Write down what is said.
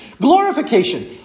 Glorification